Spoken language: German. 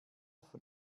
von